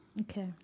Okay